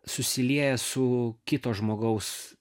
susilieja su kito žmogaus